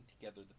together